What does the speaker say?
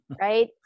right